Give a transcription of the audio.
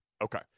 Okay